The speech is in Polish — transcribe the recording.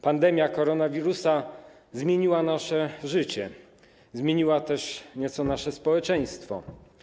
Pandemia koronawirusa zmieniła nasze życie, zmieniła też nieco nasze społeczeństwo.